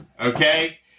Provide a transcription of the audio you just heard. okay